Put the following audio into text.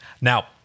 Now